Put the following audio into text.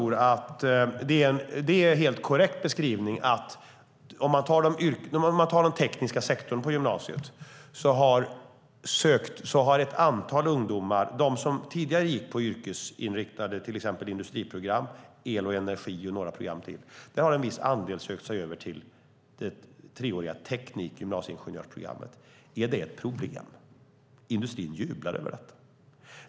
Det är en helt korrekt beskrivning att i den tekniska sektorn på gymnasiet har ett antal ungdomar, de som tidigare gick på yrkesinriktade program, till exempel industriprogrammet, el och energiprogrammet och några program till, sökt sig över till det treåriga teknikgymnasieingenjörsprogrammet. Är det ett problem? Industrin jublar över detta.